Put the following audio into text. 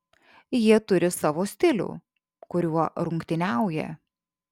jie turi savo stilių kuriuo rungtyniauja